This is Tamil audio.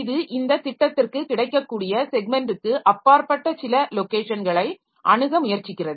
இது இந்த திட்டத்திற்கு கிடைக்கக்கூடிய செக்மென்ட்டிற்கு அப்பாற்பட்ட சில லொக்கேஷன்களை அணுக முயற்சிக்கிறது